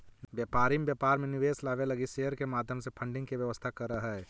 व्यापारी व्यापार में निवेश लावे लगी शेयर के माध्यम से फंडिंग के व्यवस्था करऽ हई